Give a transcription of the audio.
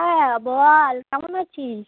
হ্যাঁ বল কেমন আছি